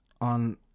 on